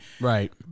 Right